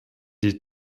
die